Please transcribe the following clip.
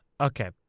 Okay